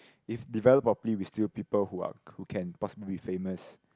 if develop probably we still people who are who can possibly be famous